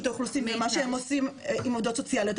האוכלוסין ואת מה שהם עושים עם עו"סיות,